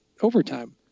overtime